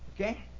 Okay